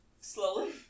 Slowly